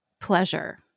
pleasure